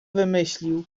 wymyślił